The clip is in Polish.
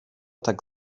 tak